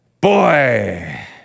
Boy